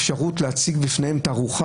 מנעו מהן אפשרות להציג תערוכה.